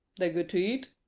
they're good to eat.